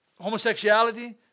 homosexuality